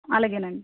అలాగే అండి